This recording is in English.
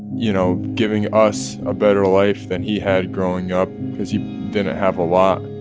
you know, giving us a better life than he had growing up because he didn't have a lot